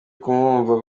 kumwumva